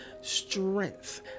strength